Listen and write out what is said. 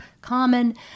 common